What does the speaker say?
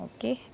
Okay